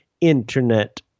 internet